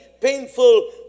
painful